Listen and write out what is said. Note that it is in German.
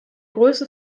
größe